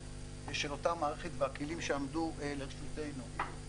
של אותה מערכת והכלים שעמדו לרשותנו.